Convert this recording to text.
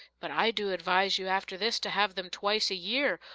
but i do advise you after this to have them twice a year,